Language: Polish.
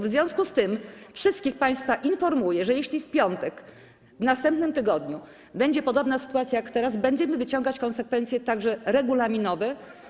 W związku z tym wszystkich państwa informuję, że jeśli w piątek, w następnym tygodniu będzie podobna sytuacja jak teraz, będziemy wyciągać konsekwencje regulaminowe.